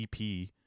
EP